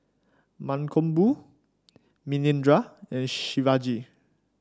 Mankombu Manindra and Shivaji